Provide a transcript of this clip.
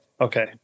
okay